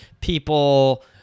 People